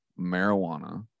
marijuana